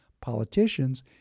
politicians